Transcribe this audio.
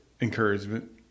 encouragement